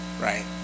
Right